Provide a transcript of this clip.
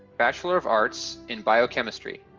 bachelor of arts in biochemistry.